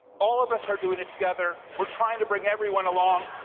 all of us are doing it together. we're trying to bring everyone along.